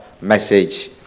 message